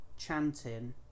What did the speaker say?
chanting